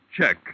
check